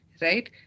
right